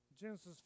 Genesis